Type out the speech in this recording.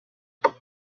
what